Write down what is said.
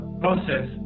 process